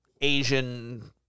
Asian